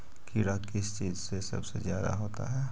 कीड़ा किस चीज से सबसे ज्यादा होता है?